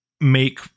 make